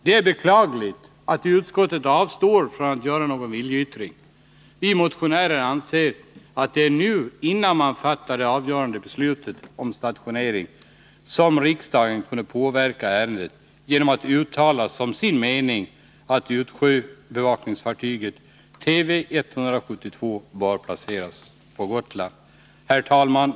Det är beklagligt att utskottet avstår från någon viljeyttring. Vi motionärer anser att det är nu, innan det avgörande beslutet om stationeringsort fattas, som riksdagen kan påverka ärendet genom att som sin mening uttala att utsjöbevakningsfartyget Tv 172 bör placeras på Gotland. Herr talman!